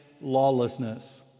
lawlessness